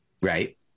Right